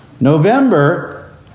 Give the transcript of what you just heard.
November